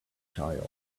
child